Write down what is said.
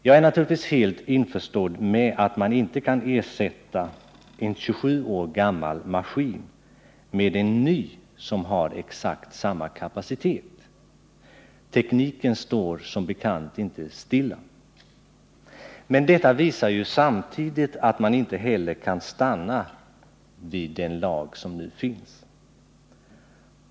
Jag är naturligtvis helt införstådd med att man inte kan ersätta en 27 år gammal maskin med en ny som har exakt samma kapacitet. Tekniken står som bekant inte stilla. Men detta visar samtidigt att man inte heller kan stanna vid den lag som nu finns.